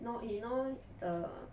know he know the